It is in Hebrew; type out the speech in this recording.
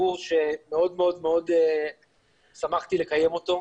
לביקור שמאוד מאוד שמחתי לקיים אותו,